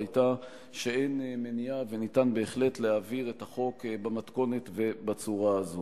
היתה שאין מניעה ואפשר בהחלט להעביר את החוק במתכונת ובצורה הזאת.